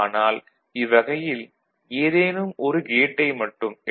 ஆனால் இவ்வகையில் ஏதேனும் ஒரு கேட்டை மட்டும் எ